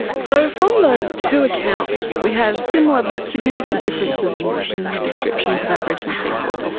so from those two accounts we have similar but significant differences in the in the descriptions of aboriginal people.